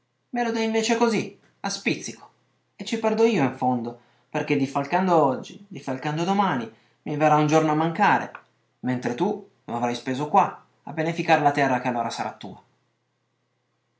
lo dai invece così a spizzico e ci perdo io in fondo perché diffalcando oggi diffalcando domani mi verrà un giorno a mancare mentre tu lo avrai speso qua a beneficar la terra che allora sarà tua